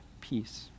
peace